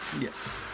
Yes